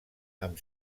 amb